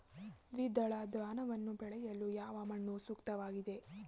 ದ್ವಿದಳ ಧಾನ್ಯಗಳನ್ನು ಬೆಳೆಯಲು ಯಾವ ಮಣ್ಣು ಸೂಕ್ತವಾಗಿದೆ?